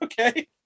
okay